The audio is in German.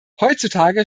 heutzutage